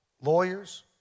lawyers